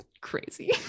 crazy